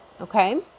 okay